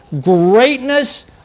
greatness